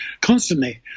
constantly